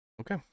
Okay